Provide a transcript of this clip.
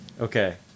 Okay